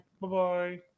bye-bye